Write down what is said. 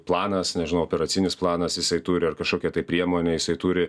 planas nežinau operacinis planas jisai turi ar kažkokia tai priemonė jisai turi